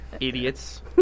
Idiots